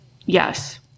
Yes